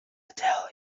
adele